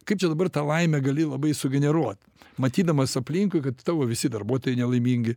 kaip čia dabar tą laimę gali labai sugeneruot matydamas aplinkui kad tavo visi darbuotojai nelaimingi